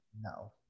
No